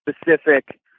specific